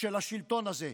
של השלטון הזה,